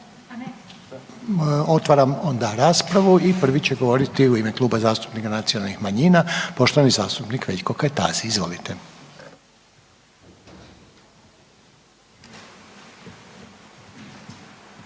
Otvaram onda raspravu i prvi će govoriti u ime Kluba zastupnika nacionalnih manjina poštovani zastupnik Veljko Kajtazi. Izvolite.